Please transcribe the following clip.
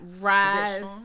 rise